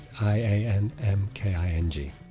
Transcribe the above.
I-A-N-M-K-I-N-G